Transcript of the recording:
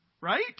Right